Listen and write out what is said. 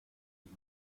und